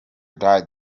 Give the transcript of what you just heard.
died